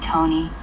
Tony